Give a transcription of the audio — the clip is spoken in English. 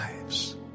lives